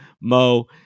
Mo